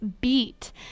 beat